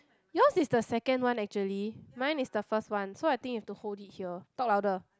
yours is the second one actually mine is the first one so I think you have to hold it here talk louder